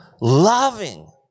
loving